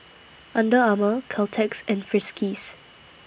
Under Armour Caltex and Friskies